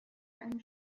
and